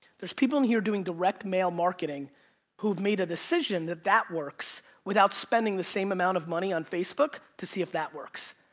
there's people in here doing direct mail marketing who have made a decision that that works without spending the same amount of money on facebook to see if that works.